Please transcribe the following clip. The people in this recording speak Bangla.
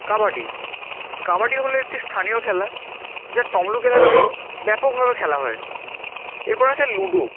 কাবাডি কাবাডি হলো একটি স্থানীয় খেলা যা তমলুক এলাকায় ব্যাপকভাবে খেলা হয় এরপর আসে লুডো